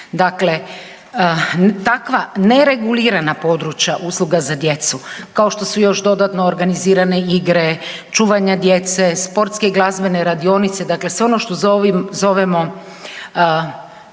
Dakle, takva ne regulirana područja usluga za djecu kao što su još dodatno organizirane igre čuvanja djece, sportske i glazbene radionice dakle sve ono što zovemo